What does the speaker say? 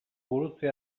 gurutze